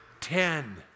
ten